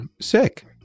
sick